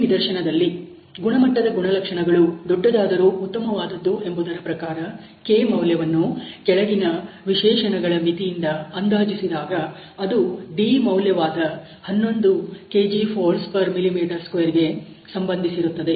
ಈ ನಿದರ್ಶನದಲ್ಲಿ ಗುಣಮಟ್ಟದ ಗುಣಲಕ್ಷಣಗಳು ದೊಡ್ಡದಾದರೂ ಉತ್ತಮವಾದದ್ದು ಎಂಬುದರ ಪ್ರಕಾರ k ಮೌಲ್ಯವನ್ನು ಕೆಳಗಿನ ವಿಶೇಷಣಗಳ ಮಿತಿಯಿಂದ ಅಂದಾಜಿಸಿದಾಗ ಅದು d ಮೌಲ್ಯವಾದ 11 kgfmm2 ಗೆ ಸಂಬಂಧಿಸಿರುತ್ತದೆ